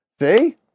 See